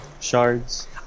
shards